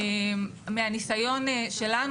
מהניסיון שלנו,